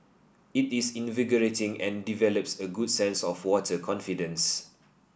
it is invigorating and develops a good sense of water confidence